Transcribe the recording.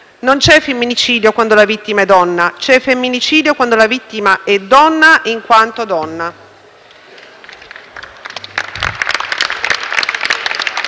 non c'è femminicidio quando la vittima è donna; c'è femminicidio quando la vittima è donna in quanto donna.